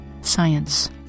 science